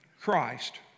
Christ